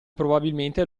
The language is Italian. probabilmente